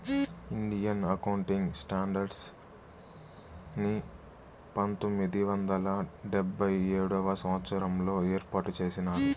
Indian accounting standards ని పంతొమ్మిది వందల డెబ్భై ఏడవ సంవచ్చరంలో ఏర్పాటు చేసినారు